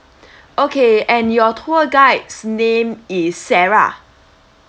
okay and your tour guide's name is sarah